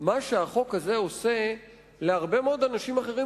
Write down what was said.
מה שהחוק הזה עושה להרבה מאוד אנשים אחרים,